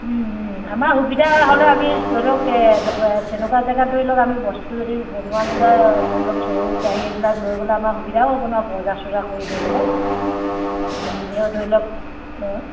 আমাৰ সুবিধা হ'লে আমি ধৰি লওক তেনেকুৱা জেগাত ধৰি লওক আমি বস্তু যদি বনোৱা মেলোৱা ধৰি লওক চৰু কেৰাহী এইবিলাক লৈ গ'লে আমাৰ সুবিধাও হ'ব ন বজাৰ চজাৰ কৰি লৈ গ'লে এনেই ধৰি লওক অঁ